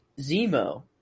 Zemo